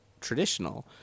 traditional